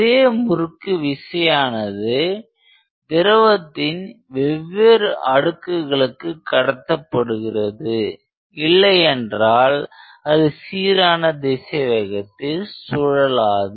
அதே முறுக்கு விசையானது திரவத்தின் வெவ்வேறு அடுக்குகளுக்கு கடத்தப்படுகிறது இல்லை என்றால் அது சீரான திசைவேகத்தில் சுழலாது